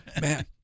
man